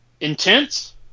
intense